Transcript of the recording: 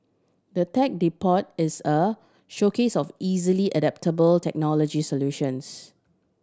the Tech Depot is a showcase of easily adoptable technology solutions